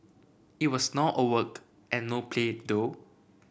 it was not all work and no play though